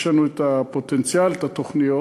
יש לנו את הפוטנציאל, את התוכניות,